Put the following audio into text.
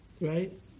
Right